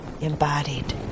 embodied